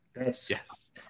Yes